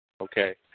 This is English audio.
Okay